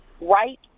right